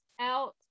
out